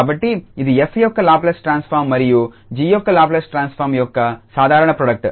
కాబట్టి ఇది 𝑓 యొక్క లాప్లేస్ ట్రాన్స్ఫార్మ్ మరియు 𝑔 యొక్క లాప్లేస్ ట్రాన్స్ఫార్మ్ యొక్క సాధారణ ప్రోడక్ట్